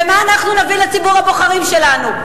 ומה אנחנו נביא לציבור הבוחרים שלנו?